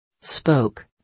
spoke